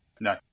No